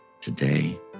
today